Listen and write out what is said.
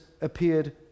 appeared